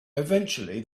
eventually